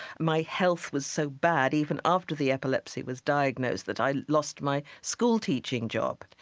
my health was so bad even after the epilepsy was diagnosed that i lost my school teaching job.